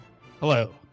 Hello